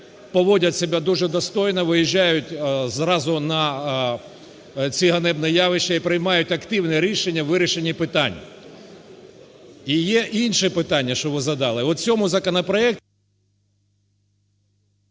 поводять себе дуже достойно, виїжджають зразу на ці ганебні явища і приймають активне рішення у вирішенні питань. І є інше питання, що ви задали.